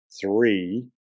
three